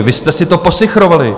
Vy jste si to posichrovali.